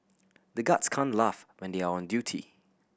the guards can't laugh when they are on duty